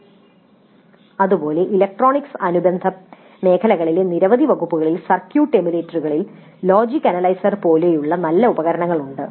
" അതുപോലെ ഇലക്ട്രോണിക്സ് അനുബന്ധ മേഖലകളിലെ നിരവധി വകുപ്പുകളിൽ സർക്യൂട്ട് എമുലേറ്ററുകളിൽ ലോജിക് അനലൈസറുകൾ പോലുള്ള നല്ല ഉപകരണങ്ങൾ ഉണ്ട്